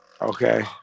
Okay